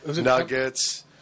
Nuggets